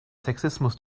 sexismus